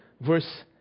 verse